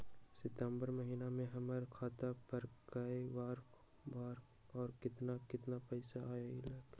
सितम्बर महीना में हमर खाता पर कय बार बार और केतना केतना पैसा अयलक ह?